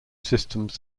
systems